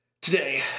today